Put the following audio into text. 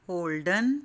holden